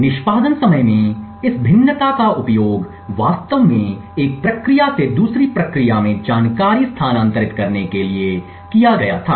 निष्पादन समय में इस भिन्नता का उपयोग वास्तव में एक प्रक्रिया से दूसरी प्रक्रिया में जानकारी स्थानांतरित करने के लिए किया गया था